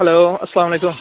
hello السلامُ علیکُم